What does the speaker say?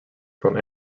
from